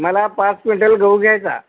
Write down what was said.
मला पाच क्विंटल गहू घ्यायचा